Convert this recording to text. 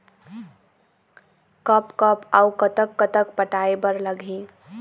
कब कब अऊ कतक कतक पटाए बर लगही